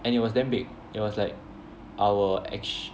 and it was damn big it was like our ex~